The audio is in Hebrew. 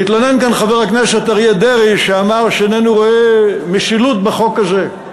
התלונן כאן חבר הכנסת אריה דרעי ואמר שאיננו רואה משילות בחוק הזה.